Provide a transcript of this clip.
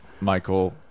michael